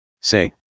Say